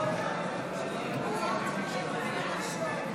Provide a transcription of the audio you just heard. אם כן, רבותיי, אני חוזר: